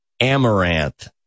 Amaranth